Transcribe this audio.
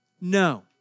No